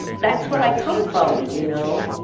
that's where i come from, you know?